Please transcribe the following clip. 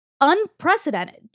unprecedented